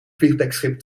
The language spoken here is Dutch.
vliegdekschip